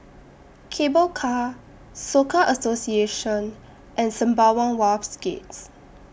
Cable Car Soka Association and Sembawang Wharves Gate